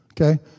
Okay